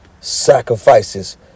Sacrifices